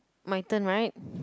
my turn right